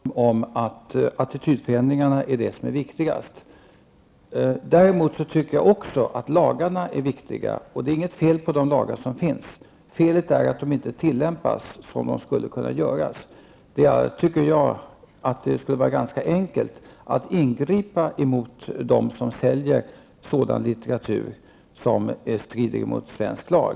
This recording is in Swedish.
Herr talman! Jag håller fullständigt med Barbro Westerholm om att attitydförändringarna är det som är viktigast. Däremot tycker jag också att lagarna är viktiga. Det är inget fel på de lagar som finns. Felet är att de inte tillämpas på ett sådant sätt som skulle vara möjligt. Jag tycker att det skulle vara ganska enkelt att ingripa mot dem som säljer sådan litteratur som är stridig mot svensk lag.